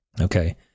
okay